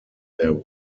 there